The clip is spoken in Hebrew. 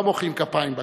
לא מוחאים כפיים בכנסת,